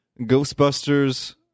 Ghostbusters